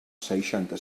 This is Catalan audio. seixanta